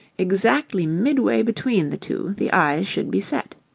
exactly midway between the two the eyes should be set.